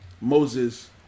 Moses